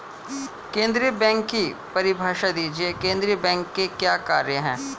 केंद्रीय बैंक की परिभाषा दीजिए केंद्रीय बैंक के क्या कार्य हैं?